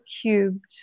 cubed